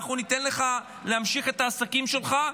אנחנו ניתן לך להמשיך את העסקים שלך,